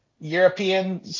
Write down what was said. European